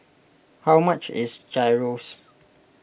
how much is Gyros